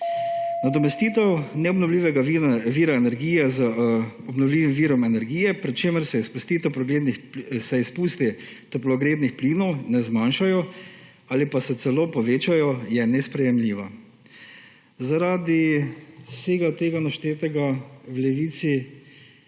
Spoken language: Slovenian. Nadomestitev neobnovljivega vira energije z obnovljivim virom energije, pri čemer se izpusti toplogrednih plinov ne zmanjšajo ali pa se celo povečajo, je nesprejemljiva. Zaradi vsega naštetega v Levici